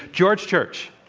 george church.